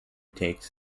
takes